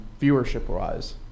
viewership-wise